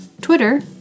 Twitter